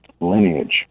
lineage